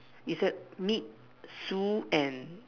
it said meet Sue and